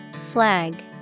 Flag